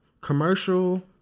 commercial